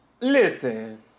listen